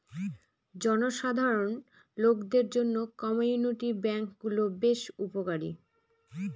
জনসাধারণ লোকদের জন্য কমিউনিটি ব্যাঙ্ক গুলো বেশ উপকারী